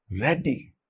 ready